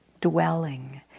dwelling